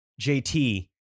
JT